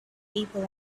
people